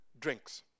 drinks